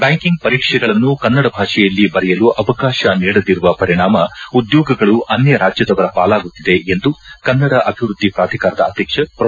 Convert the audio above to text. backing ಪರೀಕ್ಷೆಗಳನ್ನು ಕನ್ನಡ ಭಾಷೆಯಲ್ಲಿ ಬರೆಯಲು ಅವಕಾಶ ನೀಡದಿರುವ ಪರಿಣಾಮ ಉದ್ಯೋಗಗಳು ಅನ್ಯ ರಾಜ್ಯದವರ ಪಾಲಾಗುತ್ತಿದೆ ಎಂದು ಕನ್ನಡ ಅಭಿವೃದ್ಧಿ ಪ್ರಾಧಿಕಾರದ ಅಧ್ಯಕ್ಷ ಪ್ರೊ